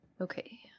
Okay